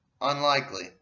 Unlikely